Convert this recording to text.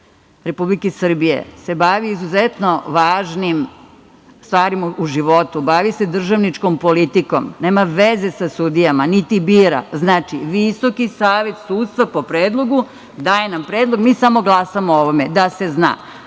Republike Srbije se bavi izuzetno važnim stvarima u životu. Bavi se državničkom politikom, nema veze sa sudijama, niti bira. Znači, Visoki savet sudstva po predlogu, daje nam predlog, a mi samo glasamo o ovome, da se zna. Isti